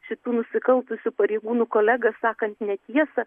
šitų nusikaltusių pareigūnų kolegas sakant netiesą